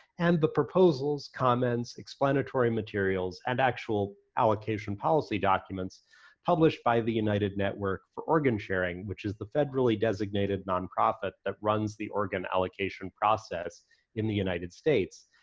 and the proposals, comments, explanatory materials, and actual allocation policy documents published by the united network for organ sharing, which is the federally designated nonprofit that runs the organ allocation process in the united states.